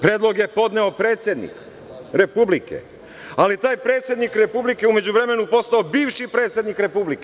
Predlog je podneo predsednik Republike, ali taj predsednik Republike u međuvremenu je postao bivši predsednik Republike.